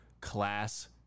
class